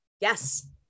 Yes